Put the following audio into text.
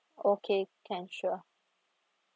okay can sure